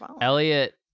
Elliot